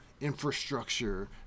infrastructure